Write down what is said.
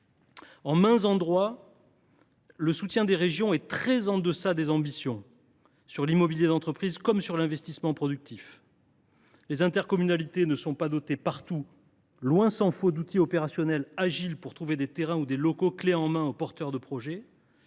En maints endroits, le soutien des régions est très en deçà des ambitions, qu’il s’agisse de l’immobilier d’entreprise ou de l’investissement productif. Les intercommunalités ne sont pas dotées partout, tant s’en faut, d’outils opérationnels adaptés pour trouver des terrains ou des locaux clés en main aux porteurs de projet.